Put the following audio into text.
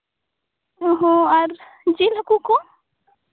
ᱚ ᱦᱚᱸ ᱟᱨ ᱡᱤᱞ ᱦᱟᱹᱠᱩ ᱠᱚ